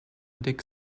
dick